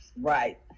Right